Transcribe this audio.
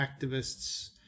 activists